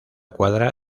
cuadra